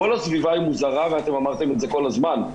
כל הסביבה היא מוזרה ואתם אמרתם את זה כל הזמן.